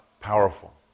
powerful